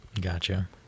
Gotcha